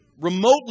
remotely